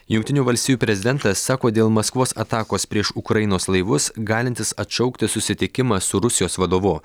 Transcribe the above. jungtinių valstijų prezidentas sako dėl maskvos atakos prieš ukrainos laivus galintis atšaukti susitikimą su rusijos vadovu